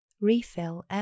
refill